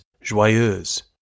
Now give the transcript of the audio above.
joyeuse